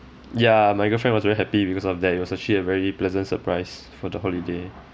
ya my girlfriend was very happy because of that it was actually a very pleasant surprise for the holiday